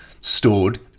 stored